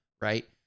right